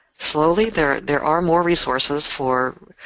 slowly, there there are more resources for